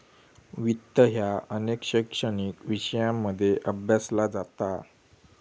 वित्त ह्या अनेक शैक्षणिक विषयांमध्ये अभ्यासला जाता